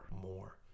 More